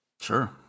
Sure